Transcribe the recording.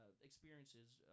experiences